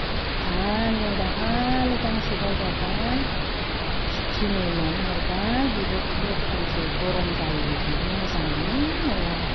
आरो नै दाखालै गांसे बायबावबाय सुथि नि होननानै हरबाय बेबो खथनसो गरम जायो बेबो मोजां आनो नङा